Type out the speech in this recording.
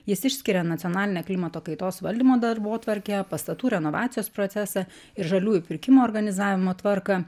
jis išskiria nacionalinę klimato kaitos valdymo darbotvarkę pastatų renovacijos procesą ir žaliųjų pirkimų organizavimo tvarką